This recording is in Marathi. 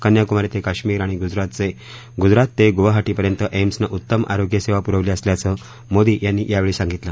कन्याकुमारी ते काश्मिर आणि गुजरात ते गुवाहाटीपर्यंत एम्सनं उत्तम आरोग्यसेवा पुरवली असल्याचं मोदी यांनी यावेळी सांगितलं